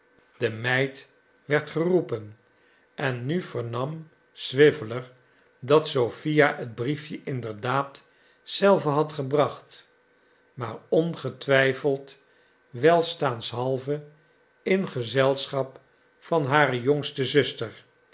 de meid werd geroepen en nu vernam swiveller dat sophia het briefje inderdaad zelve had gebracht maar ongetwijfeld welstaanshalve in gezelschap van hare jongste zuster